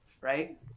right